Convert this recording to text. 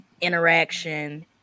interaction